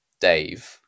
Dave